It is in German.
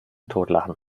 totlachen